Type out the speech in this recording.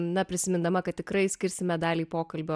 na prisimindama kad tikrai skirsime dalį pokalbio